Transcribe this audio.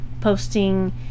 posting